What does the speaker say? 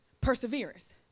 perseverance